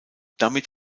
damit